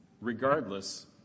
regardless